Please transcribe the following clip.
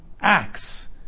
Acts